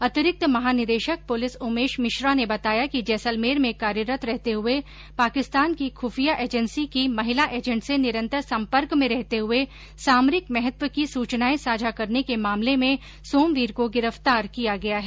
अतिरिक्त महानिदेशक पुलिस उमेश मिश्रा ने बताया कि जैसलमेर में कार्यरत रहते हुए पाकिस्तान की खुफिया एजेंसी की महिला एजेंट से निरन्तर संपर्क में रहते हुए सामरिक महत्व की सूचनाए साझा करने के मामले में सोमवीर को गिरफ्तार किया गया है